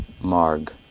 marg